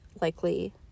likely